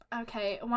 okay